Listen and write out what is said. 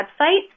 website